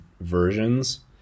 versions